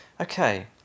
okay